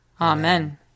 Amen